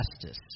justice